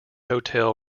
hotel